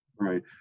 Right